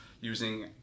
using